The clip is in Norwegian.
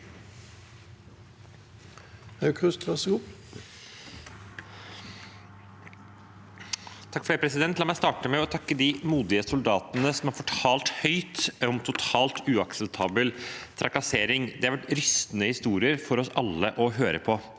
(A) La meg starte med å takke de modige soldatene som har fortalt høyt om totalt uakseptabel trakassering. Det har vært rystende historier for oss alle å høre på.